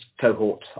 cohort